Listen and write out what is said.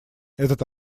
этот